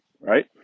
Right